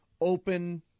open